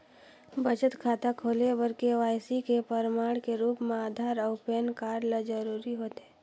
बचत खाता खोले बर के.वाइ.सी के प्रमाण के रूप म आधार अऊ पैन कार्ड ल जरूरी होथे